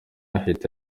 ahita